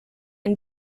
and